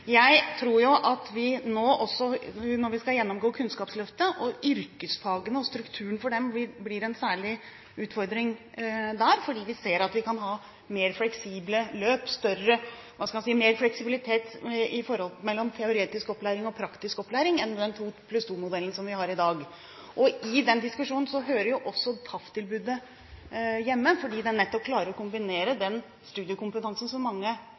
jeg tror at når vi nå skal gjennomgå Kunnskapsløftet, vil yrkesfagene og strukturen for dem bli en særlig utfordring, fordi vi ser at vi kan ha mer fleksible løp, større fleksibilitet mellom teoretisk og praktisk opplæring enn den to-pluss-to-modellen vi har i dag. I den diskusjonen hører også TAF-tilbudet hjemme, nettopp fordi de klarer å kombinere den studiekompetansen som mange